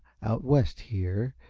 out west, here.